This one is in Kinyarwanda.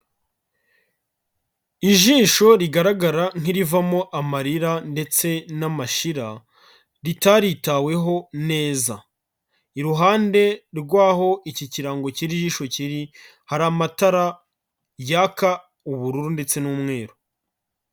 Ijisho rigaragara nk'irivamo amarira ndetse n'amashira ritaritaweho neza, iruhande rw'aho iki kirango k'iri jisho kiri hari amatara yaka ubururu ndetse n'umweru.